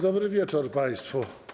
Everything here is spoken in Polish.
Dobry wieczór państwu.